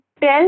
tell